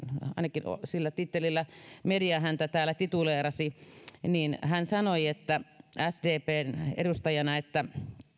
ainakin sillä tittelillä media häntä täällä tituleerasi sanoi sdpn edustajana